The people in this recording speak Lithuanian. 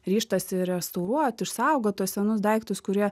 ryžtasi restauruot išsaugot tuos senus daiktus kurie